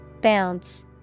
Bounce